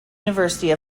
university